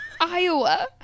iowa